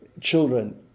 children